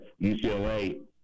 UCLA